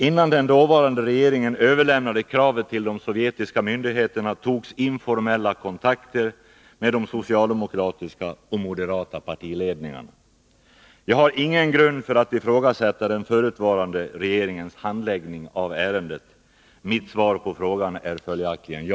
Innan den dåvarande regeringen överlämnade kravet till de sovjetiska myndigheterna togs informella kontakter med de socialdemokratiska och moderata partiledningarna. Jag har ingen grund för att ifrågasätta den förutvarande regeringens handläggning av ärendet. Mitt svar på frågan är följaktligen ja.